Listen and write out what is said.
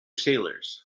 sailors